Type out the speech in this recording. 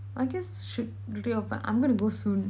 I guess should reopen I'm gonna go soon